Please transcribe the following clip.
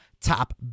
top